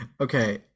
Okay